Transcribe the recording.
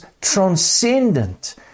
transcendent